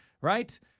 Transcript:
right